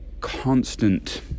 constant